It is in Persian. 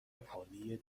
عالی